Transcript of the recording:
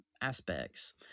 aspects